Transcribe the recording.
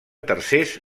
tercers